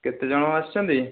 କେତେ ଜଣ ଆସିଛନ୍ତି